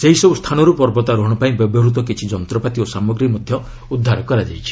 ସେହିସବୁ ସ୍ଥାନରୁ ପର୍ବତାରୋହଣ ପାଇଁ ବ୍ୟବହୃତ କିଛି ଯନ୍ତ୍ରପାତି ଓ ସାମଗ୍ରୀ ମଧ୍ୟ ଉଦ୍ଧାର କରାଯାଇଛି